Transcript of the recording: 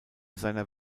seiner